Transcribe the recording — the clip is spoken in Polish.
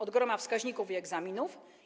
Od groma wskaźników i egzaminów.